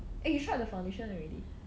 eh you tried the foundation already